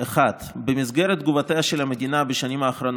במסגרת תפקידי כשר המקשר.